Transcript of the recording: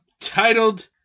titled